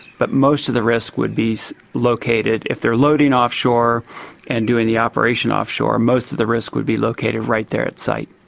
but most of the risk would be located, if they are loading offshore and doing the operation offshore, most of the risk would be located right there at site.